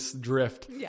drift